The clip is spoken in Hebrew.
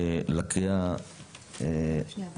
לקריאה שנייה ושלישית.